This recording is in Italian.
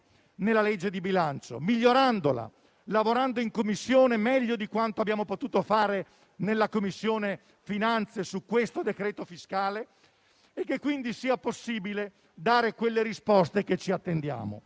nella legge di bilancio, migliorandola, lavorando in Commissione meglio di quanto abbiamo potuto fare in Commissione finanze su questo decreto fiscale, e che quindi fosse possibile dare le risposte che ci attendiamo.